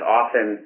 often